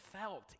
felt